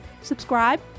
subscribe